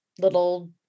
little